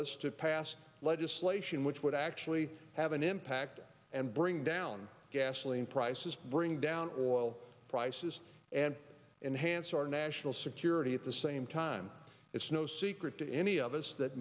us to pass legislation which would actually have an impact and bring down gasoline prices bring down or oil prices and enhanced our national security at the same time it's no secret to any of us that